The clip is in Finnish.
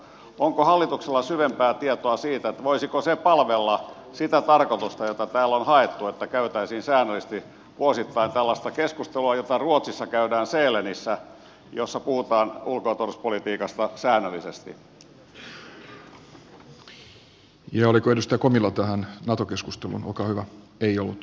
onko hallituksella syvempää tietoa siitä voisiko se palvella sitä tarkoitusta jota täällä on haettu että käytäisiin säännöllisesti vuosittain tällaista keskustelua jota ruotsissa käydään sälenissä missä puhutaan ulko ja oliko josta kunnilta hän joutuu joskus tuli mukana turvallisuuspolitiikasta säännöllisesti